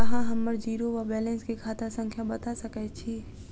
अहाँ हम्मर जीरो वा बैलेंस केँ खाता संख्या बता सकैत छी?